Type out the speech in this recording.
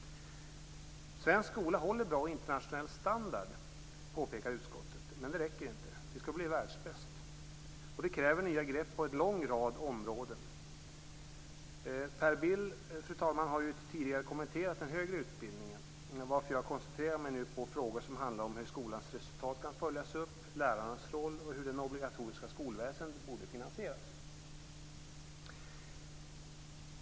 Svensk skola håller bra internationell standard, påpekar utskottet, men det räcker inte. Vi skall bli världsbäst. Det kräver nya grepp på en lång rad områden. Per Bill har, fru talman, tidigare kommenterat den högre utbildningen, varför jag nu koncentrerar mig på hur skolans resultat kan följas upp, lärarnas roll och hur det obligatoriska skolväsendet borde finansieras.